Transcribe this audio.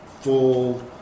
full